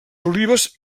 olives